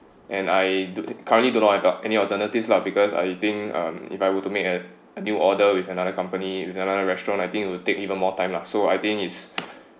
and I currently do not have any alternatives lah because I think um if I were to make a a new order with another company with another restaurant I think it will take even more time lah so I think it's